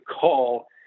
call